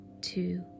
Two